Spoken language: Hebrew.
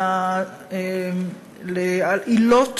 לעילות